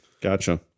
Gotcha